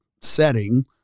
setting